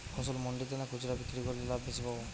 ফসল মন্ডিতে না খুচরা বিক্রি করলে লাভ বেশি পাব?